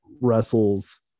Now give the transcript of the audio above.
wrestles